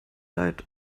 leid